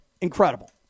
Incredible